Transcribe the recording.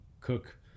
cook